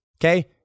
okay